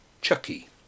chucky